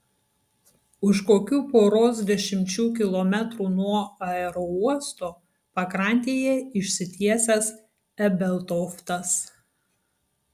už kokių poros dešimčių kilometrų nuo aerouosto pakrantėje išsitiesęs ebeltoftas